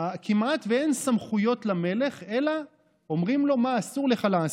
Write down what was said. כמעט ואין סמכויות למלך אלא אומרים לו מה אסור לך לעשות.